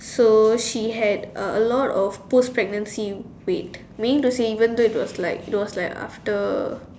so she had a a lot of post pregnancy weight meaning to say even though there was like there was like after